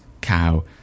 cow